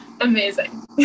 Amazing